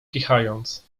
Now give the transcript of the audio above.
kichając